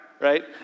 right